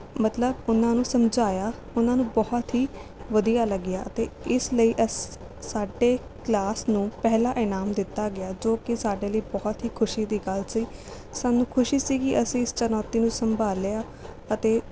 ਮਤਲਬ ਉਨ੍ਹਾਂ ਨੂੰ ਸਮਝਾਇਆ ਉਨ੍ਹਾਂ ਨੂੰ ਬਹੁਤ ਹੀ ਵਧੀਆ ਲੱਗਿਆ ਅਤੇ ਇਸ ਲਈ ਸਾਡੇ ਕਲਾਸ ਨੂੰ ਪਹਿਲਾ ਇਨਾਮ ਦਿੱਤਾ ਗਿਆ ਜੋ ਕਿ ਸਾਡੇ ਲਈ ਬਹੁਤ ਹੀ ਖੁਸ਼ੀ ਦੀ ਗੱਲ ਸੀ ਸਾਨੂੰ ਖੁਸ਼ੀ ਸੀ ਅਸੀਂ ਇਸ ਚੁਣੌਤੀ ਨੂੰ ਸੰਭਾਲਿਆ ਅਤੇ